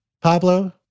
Pablo